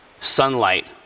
sunlight